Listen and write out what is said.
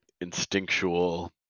instinctual